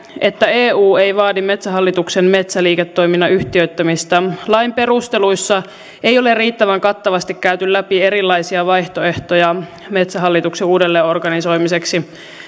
että eu ei vaadi metsähallituksen metsäliiketoiminnan yhtiöittämistä lain perusteluissa ei ole riittävän kattavasti käyty läpi erilaisia vaihtoehtoja metsähallituksen uudelleenorganisoimiseksi